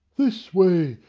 this way!